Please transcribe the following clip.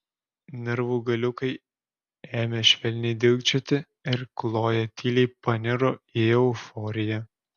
nervų galiukai ėmė švelniai dilgčioti ir kloja tyliai paniro į euforiją